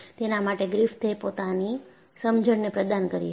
તેના માટે ગ્રિફિથ એ પોતાની સમજણને પ્રદાન કરી હતી